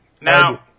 now